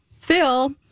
Phil